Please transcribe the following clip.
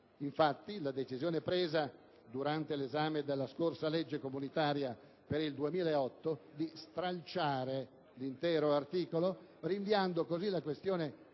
Infatti, la decisione, presa durante l'esame della scorsa legge comunitaria per il 2008, di stralciare l'intero articolo, rinviando così la questione